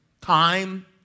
time